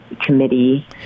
committee